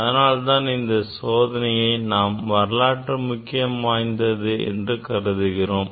அதனால்தான் இந்த சோதனையை வரலாற்று முக்கியத்துவம் வாய்ந்தது என்று கூறுகிறோம்